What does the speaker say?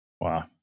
Wow